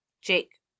Jake